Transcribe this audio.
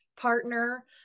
partner